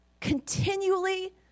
continually